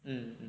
um